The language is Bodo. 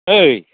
ऐ